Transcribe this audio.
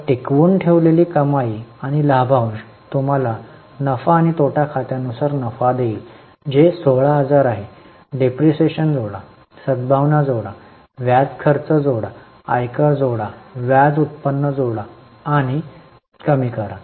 तर टिकवून ठेवलेली कमाई आणि लाभांश तुम्हाला नफा आणि तोटा खात्यानुसार नफा देईल जे 16000 आहे डेप्रिसिएशनजोडा सद्भावना जोडा व्याज खर्च जोडा आयकर जोडा व्याज उत्पन्न जोडा आणि कमी करा